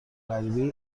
غریبهای